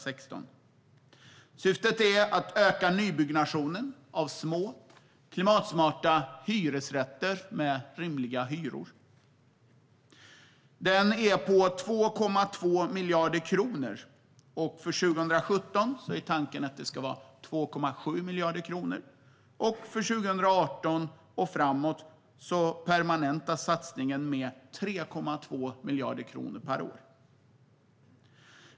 Syftet är att öka nybyggnationen av små klimatsmarta hyresrätter med rimliga hyror. Stödet är på 2,2 miljarder kronor. För 2017 är tanken att det ska vara 2,7 miljarder kronor. För 2018 och framåt permanentas satsningen med 3,2 miljarder kronor per år.